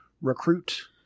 recruit